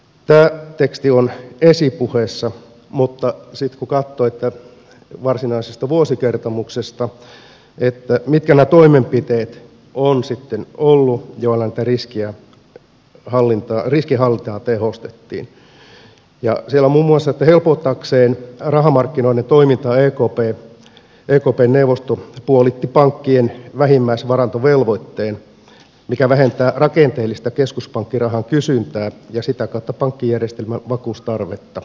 tämä teksti on esipuheessa mutta sitten kun katsoo varsinaisesta vuosikertomuksesta mitkä nämä toimenpiteet ovat sitten olleet joilla riskienhallintaa tehostettiin niin siellä on muun muassa että helpottaakseen rahamarkkinoiden toimintaa ekpn neuvosto puolitti pankkien vähimmäisvarantovelvoitteen mikä vähentää rakenteellista keskuspankkirahan kysyntää ja sitä kautta pankkijärjestelmän vakuustarvetta